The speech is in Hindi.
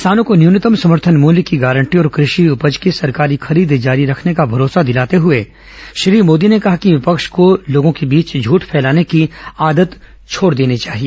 किसानों को न्यूनतम समर्थन मूल्य की गारंटी और कृषि उपज की सरकारी खरीद जारी रखने का भरोसा दिलाते हुए श्री मोदी ने कहा कि विपक्ष को लोगों के बीच झूठ फैलाने की आदत छोड़ देनी चाहिए